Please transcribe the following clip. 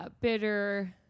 bitter